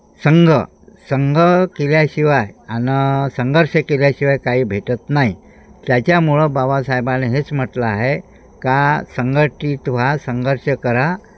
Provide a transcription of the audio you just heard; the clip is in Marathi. संघ संघ केल्याशिवाय आणि संघर्ष केल्याशिवाय काही भेटत नाही त्याच्यामुळं बाबासाहेबांनी हेच म्हटलं आहे का संघटित त्हा संघर्ष करा